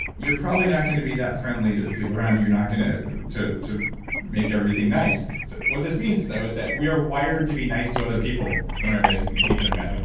you're probably not going to be that friendly to the people around you. you're not going to to make everything nice so what this means, though, is that we are wired to be nice to other people when our basic needs are met. like